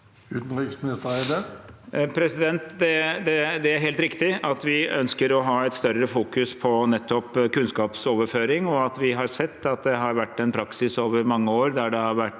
Utenriksminister Espen Barth Eide Det er helt riktig at vi ønsker å ha et større fokus på kunnskapsoverføring, og at vi har sett at det har vært en praksis over mange år der det har vært